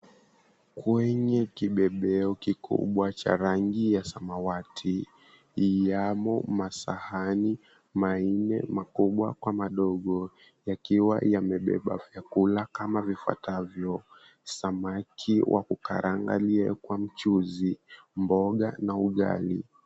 Kwenye kibebeo kikubwa cha rangi ya samawati yamo masahani manne makubwa kwa madogo, yakiwa yamebeba vyakula kama vifuatavyo, samaki wa kukarangiwa kwa mchuzi, mboga na ugali.